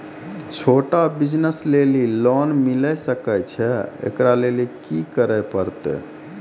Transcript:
छोटा बिज़नस लेली लोन मिले सकय छै? एकरा लेली की करै परतै